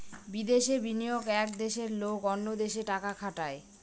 বিদেশে বিনিয়োগ এক দেশের লোক অন্য দেশে টাকা খাটায়